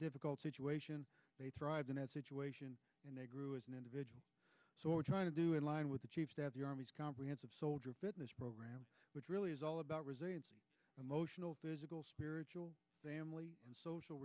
difficult situation they thrived in that situation and they grew as an individual so we're trying to do in line with the chief that the army's comprehensive soldier fitness program which really is all about resilience emotional physical spiritual family and social